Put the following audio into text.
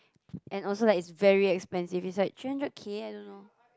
and also like it's very expensive it's like three hundred K I don't know